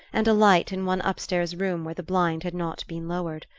and a light in one upstairs room where the blind had not been lowered.